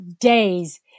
days